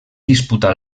disputà